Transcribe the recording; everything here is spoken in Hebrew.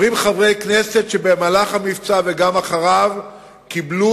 אומרים חברי כנסת שבמהלך המבצע וגם אחריו קיבלו